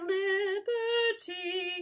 liberty